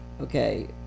Okay